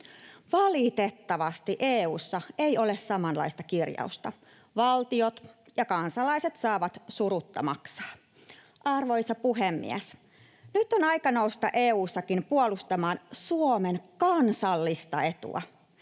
Valitettavasti EU:ssa ei ole samanlaista kirjausta. Valtiot ja kansalaiset saavat surutta maksaa. Arvoisa puhemies! Nyt on aika nousta EU:ssakin puolustamaan Suomen kansallista etua.